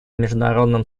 международным